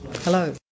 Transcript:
Hello